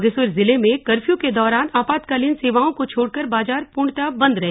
बागेश्वर जिले में कर्फ्यू के दौरान आपातकालीन सेवाओं को छोड़कर बाजार पूर्णतया बंद रहे